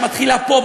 שמתחילה פה,